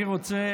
אני רוצה